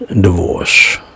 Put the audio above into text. divorce